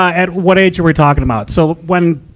at, what age are we talking about? so, when,